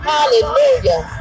Hallelujah